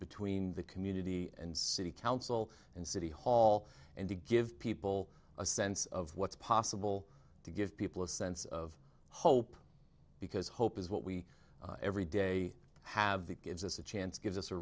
between the community and city council and city hall and to give people a sense of what's possible to give people a sense of hope because hope is what we every day have that gives us a chance gives us a